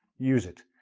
use it.